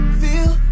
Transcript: feel